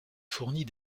fournit